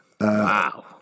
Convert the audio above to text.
Wow